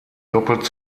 doppelt